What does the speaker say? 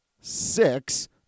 six